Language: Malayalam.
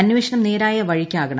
അന്വേഷണം നേരായ വഴിക്കാകണം